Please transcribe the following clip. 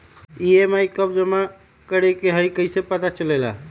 EMI कव जमा करेके हई कैसे पता चलेला?